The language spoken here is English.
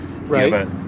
Right